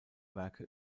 werke